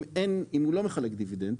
אם הוא לא מחלק דיבידנד,